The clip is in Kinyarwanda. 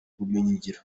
ubumenyingiro